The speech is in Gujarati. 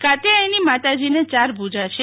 કાત્યાયની માતાજીને યાર ભુજા છે